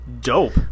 dope